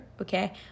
okay